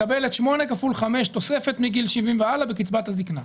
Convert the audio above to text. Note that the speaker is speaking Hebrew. מקבלת שמונה כפול חמש תוספת מגיל 70 והלאה בקצבת הזקנה.